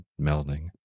melding